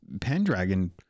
Pendragon